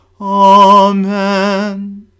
Amen